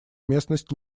местность